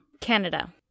Canada